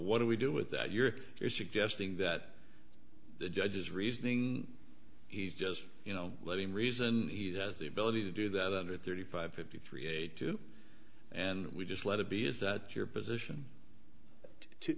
what do we do with that you're suggesting that the judge's reasoning he's just you know letting reason he has the ability to do that under thirty five fifty three eighty two and we just let it be is that your position to